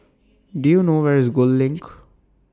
Do YOU know Where IS Gul LINK